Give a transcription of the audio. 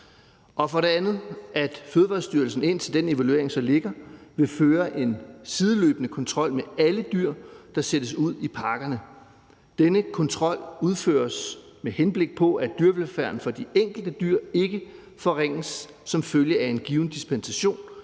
Fødevarestyrelsen, indtil den evaluering så foreligger, vil føre en sideløbende kontrol med alle dyr, der sættes ud i parkerne. Denne kontrol udføres, med henblik på at dyrevelfærden for de enkelte dyr ikke forringes som følge af en given dispensation,